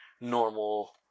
normal